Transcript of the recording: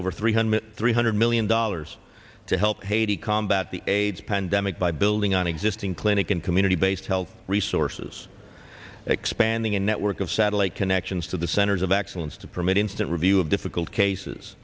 over three hundred three hundred million dollars to help haiti combat the aids pandemic by building on existing clinic and community based health resources expanding a network of satellite connections to the centers of excellence to permit instant review of difficult cases